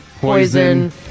Poison